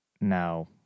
No